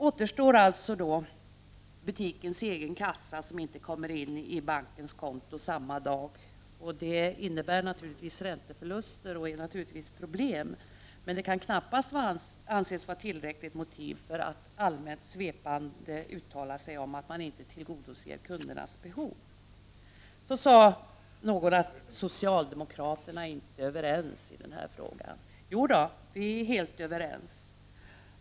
Återstår alltså butikens egen kassa som inte kommer in på bankens konto samma dag, vilket naturligtvis innebär ränteförluster, men knappast kan anses vara tillräckligt motiv för ett allmänt svepande uttalande om att man inte tillgodoser kundernas behov. Någon sade att socialdemokraterna inte är överens i denna fråga. Jo, vi är helt överens.